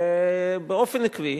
באופן עקבי,